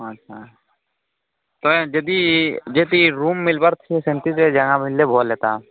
ଆଚ୍ଛା ତ ଯଦି ଯେଦି ରୁମ୍ ମିଲ୍ବାର୍ ଥିଲେ ସେନ୍ତି ଜାଗା ମିଲ୍ଲେ ଭଲ୍ ହେତା